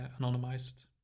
anonymized